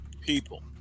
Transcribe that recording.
people